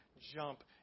jump